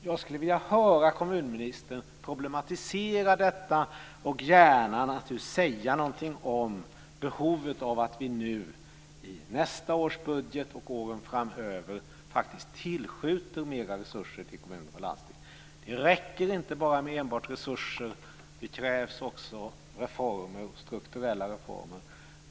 Jag skulle vilja höra kommunministern problematisera detta och gärna säga någonting om behovet av att vi i nästa års budget och åren framöver tillskjuter mera resurser till kommuner och landsting. Det räcker inte med enbart resurser. Det krävs också strukturella reformer.